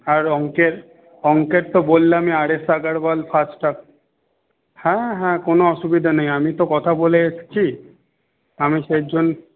আর অঙ্কের অঙ্কের তো বললামই আর এস আগরওয়াল ফাস্টট্র্যাক হ্যাঁ হ্যাঁ কোনও অসুবিধা নেই আমি তো কথা বলে এসেছি আমি সেই জন্য